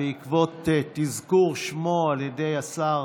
בעקבות אזכור שמך על ידי השר